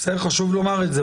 חשוב לומר את זה,